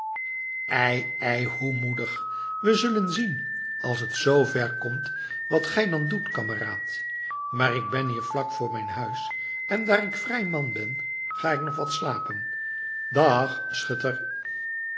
ei ei hoe moedig we zullen zien als het zoo ver komt wat gij dan doet kameraad maar ik ben hier vlak voor mijn huis en daar ik vrij man ben ga ik nog wat slapen dag schutter